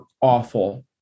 awful